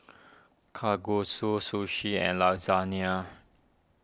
Kalguksu Sushi and Lasagna